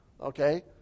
Okay